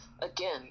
again